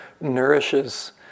nourishes